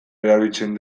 erabiltzen